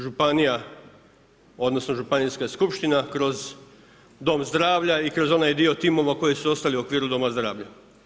Županija odnosno županijska skupština kroz dom zdravlja i kroz onaj dio timova koji su ostali u okviru doma zdravlja.